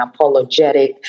unapologetic